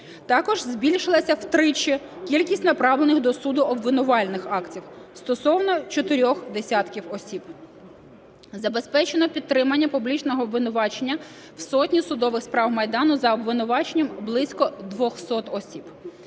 Також збільшилася втричі кількість направлених до суду обвинувальних актів стосовно чотирьох десятків осіб. Забезпечено підтримання публічного обвинувачення в сотні судових справ Майдану за обвинуваченням близько 200 осіб.